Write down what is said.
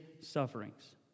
sufferings